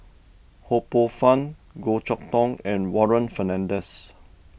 Ho Poh Fun Goh Chok Tong and Warren Fernandez